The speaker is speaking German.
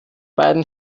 beiden